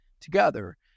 together